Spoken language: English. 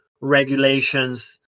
regulations